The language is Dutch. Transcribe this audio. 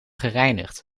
gereinigd